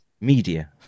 media